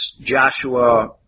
Joshua